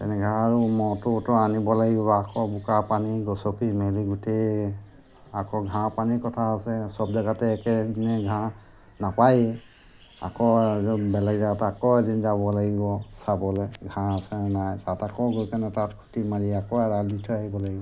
তেনেকৈ আৰু ম'হটোতো আনিব লাগিব আকৌ বোকা পানী গছকি মেলি গোটেই আকৌ ঘাঁহ পানীৰ কথা আছে সব জেগাতে একেদিনে ঘাঁহ নাপায়েই আকৌ বেলেগ জেগাত আকৌ এদিন যাব লাগিব চাবলৈ ঘাঁহ আছেনে নাই তাত আকৌ গৈ কেনে তাত খুঁটি মাৰি আকৌ এৰাল দি থৈ আহিব লাগিব